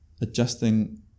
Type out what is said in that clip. adjusting